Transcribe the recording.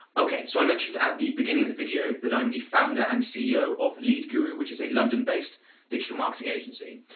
ok, so i mentioned at the beginning of the video that i'm the founder and ceo of lead guru which is a london-based digital marketing agency.